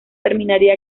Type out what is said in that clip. terminaría